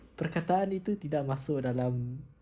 perkataan itu tidak masuk dalam